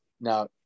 Now